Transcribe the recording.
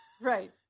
right